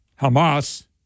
Hamas